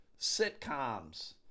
sitcoms